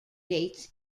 dates